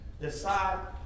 decide